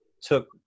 took